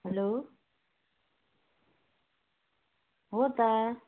hello हो त